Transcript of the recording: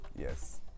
Yes